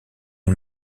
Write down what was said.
une